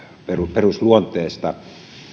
perusluonteesta on konflikteja